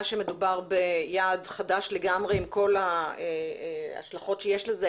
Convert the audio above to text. שמדובר ביעד חדש לגמרי עם כל ההשלכות שיש לזה,